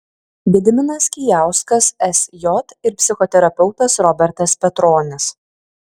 gediminas kijauskas sj ir psichoterapeutas robertas petronis